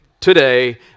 today